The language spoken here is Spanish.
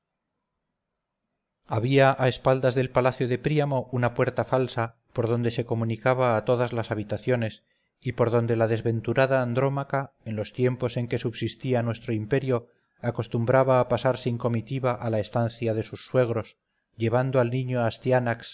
había a espaldas del palacio de príamo una puerta falsa por donde se comunicaba a todas las habitaciones y por donde la desventurada andrómaca en los tiempos en que subsistía nuestro imperio acostumbraba a pasar sin comitiva a la estancia de sus suegros llevando al niño